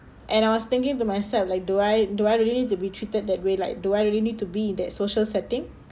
and I was thinking to myself like do I do I really need to be treated that way like do I really need to be in that social setting